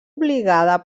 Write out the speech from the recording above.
obligada